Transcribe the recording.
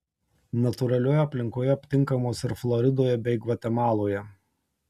natūralioje aplinkoje aptinkamos ir floridoje bei gvatemaloje